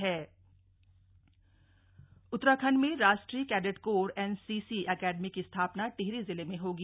high court NCC Uttarakhand में राष्ट्रीय cadet corps NCC academy की स्थापना टिहरी जिले में होगी